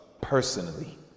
personally